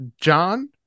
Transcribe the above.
John